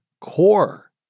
core